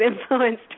influenced